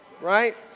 Right